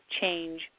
change